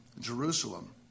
Jerusalem